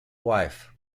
wife